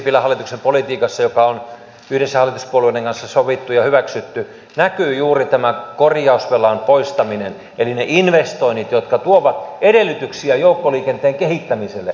sipilän hallituksen politiikassa joka on yhdessä hallituspuolueiden kanssa sovittu ja hyväksytty näkyy juuri tämä korjausvelan poistaminen eli ne investoinnit jotka tuovat edellytyksiä joukkoliikenteen kehittämiselle